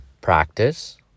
practice